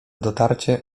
dotarcie